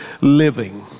living